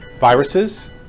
viruses